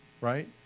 Right